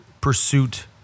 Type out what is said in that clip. pursuit